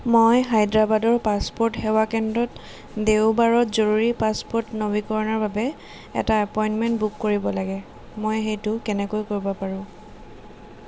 মই হায়দৰাবাদৰ পাছপ'ৰ্ট সেৱা কেন্দ্ৰত দেওবাৰত জৰুৰী পাছপ'ৰ্ট নৱীকৰণৰ বাবে এটা এপইণ্টমেণ্ট বুক কৰিব লাগে মই সেইটো কেনেকৈ কৰিব পাৰোঁ